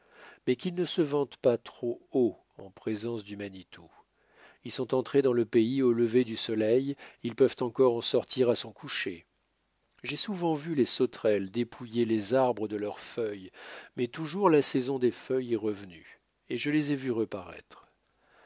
mais qu'ils ne se vantent pas trop haut en présence du manitou ils sont entrés dans le pays au lever du soleil ils peuvent encore en sortir à son coucher j'ai souvent vu les sauterelles dépouiller les arbres de leurs feuilles mais toujours la saison des feuilles est revenue et je les ai vues reparaître